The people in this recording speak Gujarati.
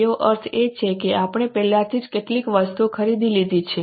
તેનો અર્થ એ છે કે આપણે પહેલેથી જ કેટલીક વસ્તુઓ ખરીદી લીધી છે